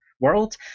world